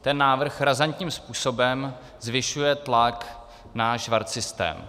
Ten návrh razantním způsobem zvyšuje tlak na švarcsystém.